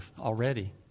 already